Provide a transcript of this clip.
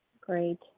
great